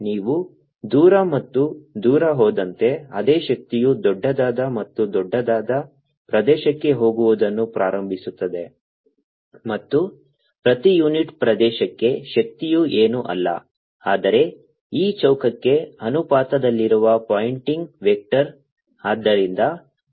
ನೀವು ದೂರ ಮತ್ತು ದೂರ ಹೋದಂತೆ ಅದೇ ಶಕ್ತಿಯು ದೊಡ್ಡದಾದ ಮತ್ತು ದೊಡ್ಡದಾದ ಪ್ರದೇಶಕ್ಕೆ ಹೋಗುವುದನ್ನು ಪ್ರಾರಂಭಿಸುತ್ತದೆ ಮತ್ತು ಪ್ರತಿ ಯೂನಿಟ್ ಪ್ರದೇಶಕ್ಕೆ ಶಕ್ತಿಯು ಏನೂ ಅಲ್ಲ ಆದರೆ ಇ ಚೌಕಕ್ಕೆ ಅನುಪಾತದಲ್ಲಿರುವ ಪಾಯಿಂಟಿಂಗ್ ವೆಕ್ಟರ್